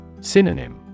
Synonym